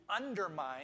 undermine